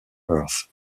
earth